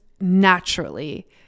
naturally